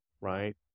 right